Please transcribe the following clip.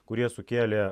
kurie sukėlė